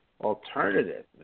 alternative